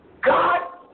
God